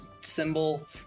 symbol